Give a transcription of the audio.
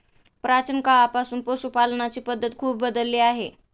प्राचीन काळापासून पशुपालनाची पद्धत खूप बदलली आहे